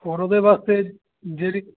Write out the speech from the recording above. ਔਰ ਉਹਦੇ ਵਾਸਤੇ ਜਿਹੜੀ